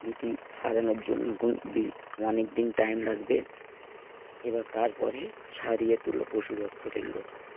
এটি সারানোর জন্য এখন অনেক দিন টাইম লাগবে এবার তারপরে সারিয়ে তোলো পশু দপ্তরের লোক